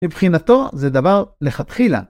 ‫מבחינתו זה דבר לכתחילה.